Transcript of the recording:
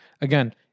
again